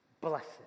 blessed